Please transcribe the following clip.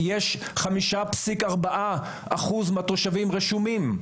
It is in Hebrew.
יש חמישה פסיק ארבעה אחוז מהתושבים רשומים.